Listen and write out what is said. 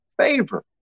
favor